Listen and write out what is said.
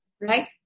right